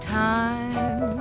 time